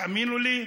תאמינו לי,